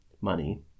money